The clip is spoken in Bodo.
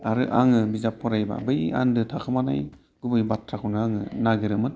आरो आङो बिजाब फरायोबा बै आन्दो थाखोमानाय गुबै बाथ्राखौनो आङो नागिरोमोन